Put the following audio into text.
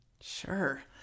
Sure